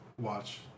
watch